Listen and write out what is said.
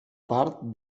part